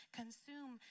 consume